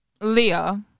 Leah